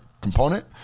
component